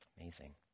Amazing